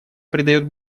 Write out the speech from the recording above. придает